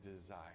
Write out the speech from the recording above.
desire